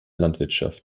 landwirtschaft